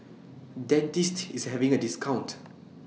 Dentiste IS having A discount